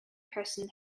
person